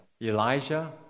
Elijah